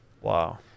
Wow